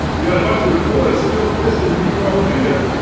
you got a bunch of reporters still pissing new york beer